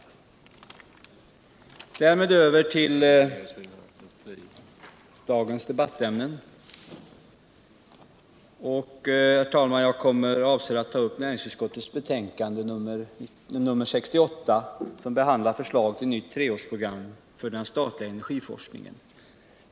Därmed går jag över tull dagens debattämnen, och jag avser att ta upp näringsutskottets betänkande 68. som behandlar förslag till nytt treårsprogram för der. statliga energiforskningen.